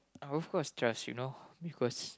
of course trust you know